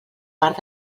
part